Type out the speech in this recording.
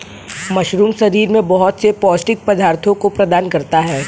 mushroom शरीर में बहुत से पौष्टिक पदार्थों को प्रदान करता है